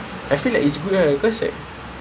orang is not oh